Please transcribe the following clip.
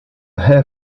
hair